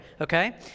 okay